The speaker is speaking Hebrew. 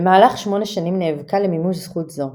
במהלך שמונה שנים נאבקה למימוש זכות זו.